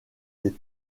des